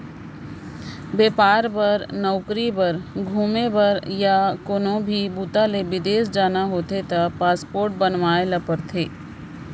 बेपार बर, नउकरी बर, घूमे बर य कोनो भी बूता ले बिदेस जाना होथे त पासपोर्ट बनवाए ल परथे